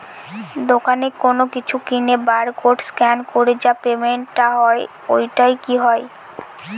দোকানে কোনো কিছু কিনে বার কোড স্ক্যান করে যে পেমেন্ট টা হয় ওইটাও কি হয়?